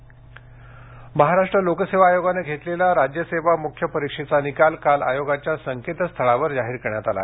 लोकसेवा आयोग महाराष्ट्र लोकसेवा आयोगानं घेतलेल्या राज्य सेवा मुख्य परीक्षेचा निकाल काल आयोगाच्या संकेतस्थळावर जाहीर करण्यात आला